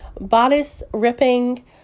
bodice-ripping